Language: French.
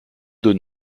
des